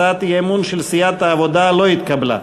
הצעת האי-אמון של סיעת העבודה לא התקבלה.